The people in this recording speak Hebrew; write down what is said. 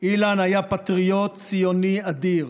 אילן היה פטריוט ציוני אדיר,